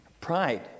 Pride